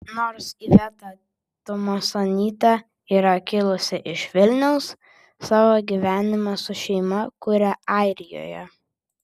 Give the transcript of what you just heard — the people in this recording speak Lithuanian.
nors iveta tumasonytė yra kilusi iš vilniaus savo gyvenimą su šeima kuria airijoje